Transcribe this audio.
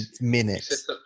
minutes